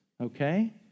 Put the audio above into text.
okay